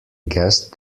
guest